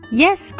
Yes